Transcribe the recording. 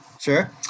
Sure